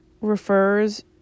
refers